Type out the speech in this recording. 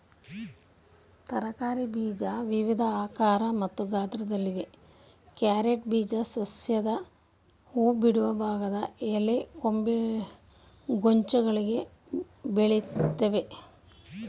ತರಕಾರಿ ಬೀಜ ವಿವಿಧ ಆಕಾರ ಮತ್ತು ಗಾತ್ರದಲ್ಲಿವೆ ಕ್ಯಾರೆಟ್ ಬೀಜ ಸಸ್ಯದ ಹೂಬಿಡುವ ಭಾಗದ ಎಲೆಗೊಂಚಲೊಳಗೆ ಬೆಳಿತವೆ